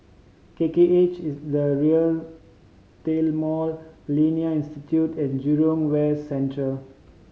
K K H is The Retail Mall Millennia Institute and Jurong West Central